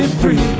free